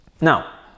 Now